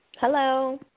Hello